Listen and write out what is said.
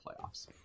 playoffs